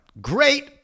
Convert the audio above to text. great